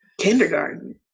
kindergarten